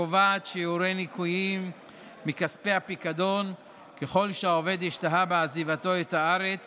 קובעת שיעורי ניכויים מכספי הפיקדון ככל שהעובד השתהה בעזיבתו את הארץ